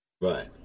right